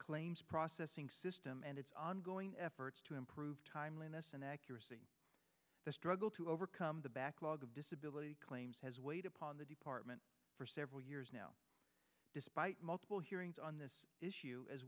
claims processing system and its ongoing efforts to improve timeliness and accuracy the struggle to overcome the backlog of disability claims has weighed upon the department for several years now despite multiple hearings on this issue as